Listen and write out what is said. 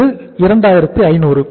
இது 2500